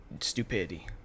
stupidity